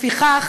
לפיכך,